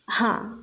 हां